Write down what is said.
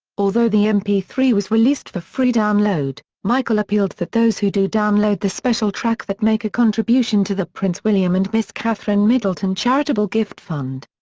although the m p three was released for free download, michael appealed that those who do download the special track that make a contribution to the prince william and miss catherine middleton charitable gift fund.